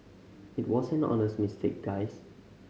it was an honest mistake guys